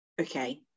Okay